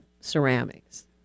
ceramics